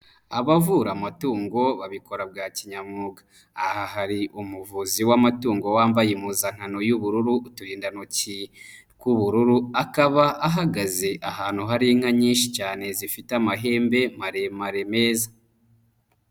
Abavura amatungo babikora bwa kinyamwuga. Aha hari umuvuzi w'amatungo wambaye impuzankano y'ubururu uturindantoki tw'ubururu, akaba ahagaze ahantu hari inka nyinshi cyane zifite amahembe maremare meza.